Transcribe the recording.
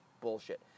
bullshit